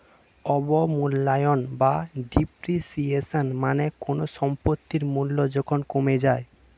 অবমূল্যায়ন বা ডেপ্রিসিয়েশন মানে কোনো সম্পত্তির মূল্য যখন কমে যায়